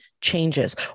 changes